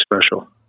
special